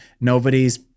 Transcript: nobody's